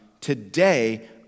today